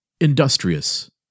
industrious